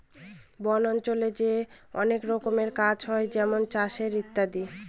বন অঞ্চলে যে অনেক রকমের কাজ হয় যেমন চাষের ইত্যাদি